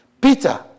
Peter